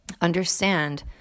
Understand